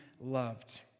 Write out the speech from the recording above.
loved